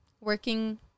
working